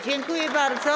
Dziękuję bardzo.